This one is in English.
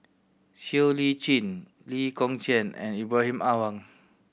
Siow Lee Chin Lee Kong Chian and Ibrahim Awang